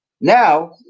Now